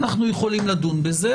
אנחנו יכולים לדון בזה,